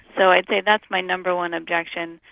so i'd say that's my number one objection.